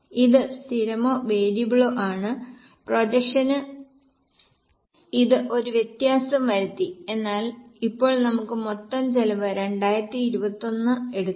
ഇത് സ്ഥിരമോ വേരിയബിളോ ആണ് പ്രൊജക്ഷന് ഇത് ഒരു വ്യത്യാസം വരുത്തി എന്നാൽ ഇപ്പോൾ നമുക്ക് മൊത്തം ചെലവ് 2021 എടുക്കാം